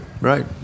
Right